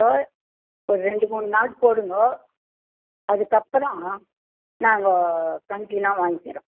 ச ஒரு ரெண்டு மூணு நாள் போடுங்கோ அதுக்கப்புறம் நாங்கள் கண்டியூன்வாக வாங்கிக்கிறோம்